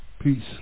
Peace